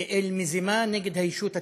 כאל מזימה נגד הישות הציונית.